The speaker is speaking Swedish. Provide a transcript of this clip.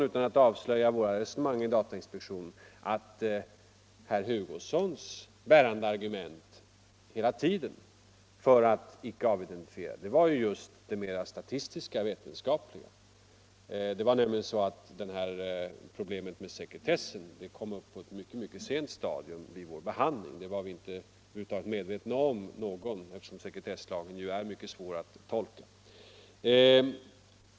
Utan att avslöja våra resonemang i datainspektionen vill jag sedan säga, att herr Hugossons bärande argument för att icke avidentifiera, hela tiden har varit de statistiska och vetenskapliga. Problemet med sekretessen kom nämligen inte upp förrän på ett mycket sent stadium i vår behandling. Ingen av oss var över huvud taget medveten om det, eftersom sekretesslagen ju är mycket svår att tolka.